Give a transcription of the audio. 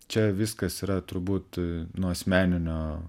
čia viskas yra turbūt nu asmeninio